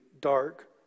dark